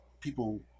people